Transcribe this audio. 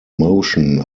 motion